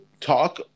talk